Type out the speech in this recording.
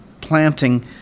planting